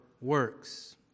works